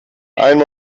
einen